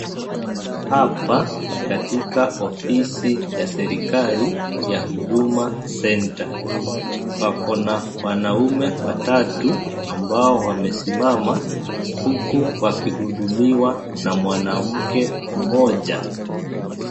Hapa ni katika ofisi ya serikari ya )Huduma Center pakona wanaume watatu ambao wa mesimama huko wakihudumiwa na muanamuke umoja.